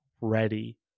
ready